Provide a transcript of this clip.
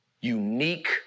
unique